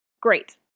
Great